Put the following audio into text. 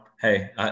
hey